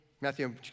Matthew